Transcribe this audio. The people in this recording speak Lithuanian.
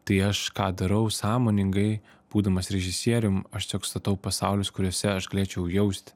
tai aš ką darau sąmoningai būdamas režisierium aš tiesiog statau pasaulius kuriuose aš galėčiau jausti